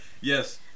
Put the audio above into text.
Yes